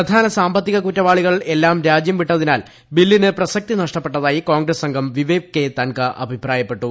പ്രധാനസാമ്പത്തിക കുറ്റവാളികൾ എല്ലാം രാജ്യം വിട്ടതിനാൽ ബില്ലിന് പ്രസക്തി നഷ്ടപ്പെട്ടതായി കോൺഗ്രസ് അംഗം വിവേക് കെ തൻക അഭിപ്രായപ്പെട്ടു